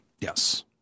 Yes